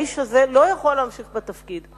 האיש הזה לא יכול להמשיך בתפקיד,